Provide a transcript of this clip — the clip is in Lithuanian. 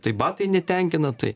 tai batai netenkina tai